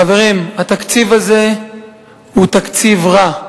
חברים, התקציב הזה הוא תקציב רע,